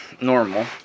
Normal